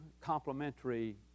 complementary